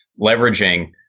leveraging